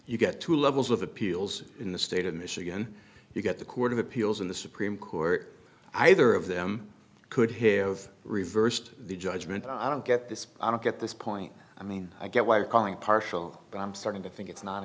you get two levels of appeals in the state of michigan you get the court of appeals in the supreme court either of them could have reversed the judgement i don't get this i don't get this point i mean i get why you're calling partial but i'm starting to think it's non